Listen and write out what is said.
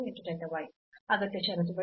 ಅಗತ್ಯ ಷರತ್ತುಗಳು